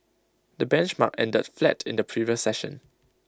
the benchmark ended flat in the previous session